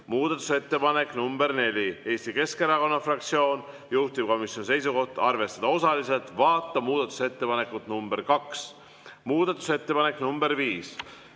Muudatusettepanek nr 4, Eesti Keskerakonna fraktsioonilt, juhtivkomisjoni seisukoht on arvestada osaliselt, vaata muudatusettepanekut nr 2. Muudatusettepanek nr 5,